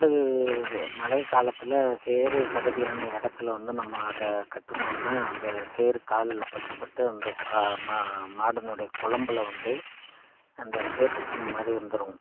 மாடு மழைக் காலத்தில் சேறு சகதியான இடத்துல வந்து நம்ம அதை கட்டினோன்னா அந்த சேறு காலில் பட்டு பட்டு அந்த க ம மாடினுடைய குளம்புல வந்து அந்த சேற்றுப் புண் மாதிரி வந்துடும்